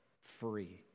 free